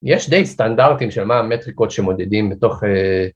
יש די סטנדרטים של מה המטריקות שמודדים בתוך...